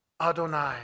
Adonai